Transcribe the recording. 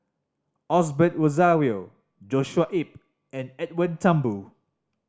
Osbert Rozario Joshua Ip and Edwin Thumboo